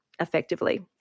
effectively